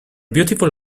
beautiful